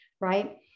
right